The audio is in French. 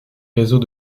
réseaux